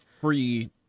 free